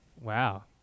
wow